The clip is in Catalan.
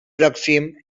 pròxim